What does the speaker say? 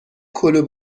کلوب